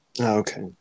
Okay